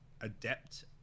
adept